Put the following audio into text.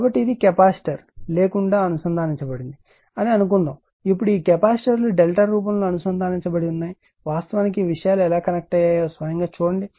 కాబట్టి ఇది కెపాసిటర్ లేకుండా అనుసంధానించబడింది అని అనుకుందాం ఇప్పుడు ఈ కెపాసిటర్లు డెల్టా రూపంలో అనుసంధానించబడి ఉన్నాయి వాస్తవానికి విషయాలు ఎలా కనెక్ట్ అయ్యాయో స్వయంగా చూడండి